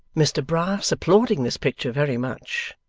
mr brass applauding this picture very much,